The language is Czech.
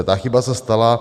Ta chyba se stala.